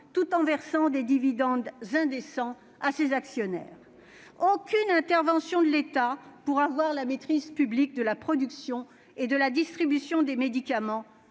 tout en versant des dividendes indécents à ses actionnaires ! Aucune intervention de l'État n'est envisagée pour avoir la maîtrise publique de la production et de la distribution des médicaments,